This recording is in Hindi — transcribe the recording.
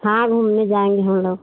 हाँ घूमने जाएँगे हम लोग